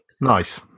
nice